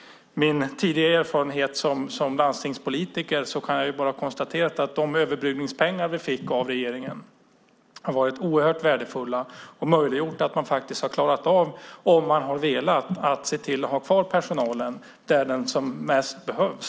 Utifrån min tidigare erfarenhet som landstingspolitiker kan jag konstatera att de överbryggningspengar vi fick av regeringen har varit oerhört värdefulla och gjort det möjligt, om man velat, att ha kvar personalen där den bäst behövs.